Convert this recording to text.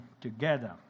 together